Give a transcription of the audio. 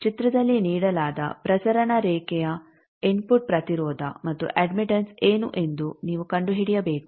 ಚಿತ್ರದಲ್ಲಿ ನೀಡಲಾದ ಪ್ರಸರಣ ರೇಖೆಯ ಇನ್ಫುಟ್ ಪ್ರತಿರೋಧ ಮತ್ತು ಅಡ್ಮಿಟೆಂಸ್ ಏನು ಎಂದು ನೀವು ಕಂಡುಹಿಡಿಯಬೇಕು